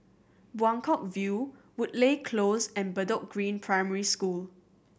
Buangkok View Woodleigh Close and Bedok Green Primary School